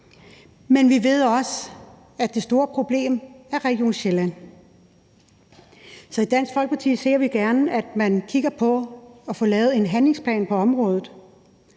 Men vi ved også, at det store problem er Region Sjælland. Så i Dansk Folkeparti ser vi gerne, at man kigger på at få lavet en handlingsplan for området,